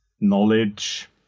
knowledge